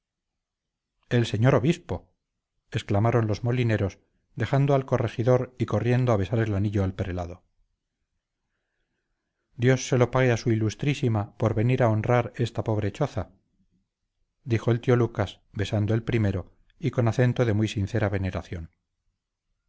el señor obispo exclamaron los molineros dejando al corregidor y corriendo a besar el anillo al prelado dios se lo pague a su ilustrísima por venir a honrar esta pobre choza dijo el tío lucas besando el primero y con acento de muy sincera veneración